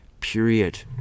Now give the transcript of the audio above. period